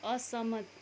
असहमत